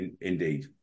indeed